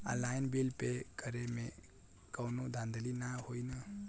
Online bill pay करे में कौनो धांधली ना होई ना?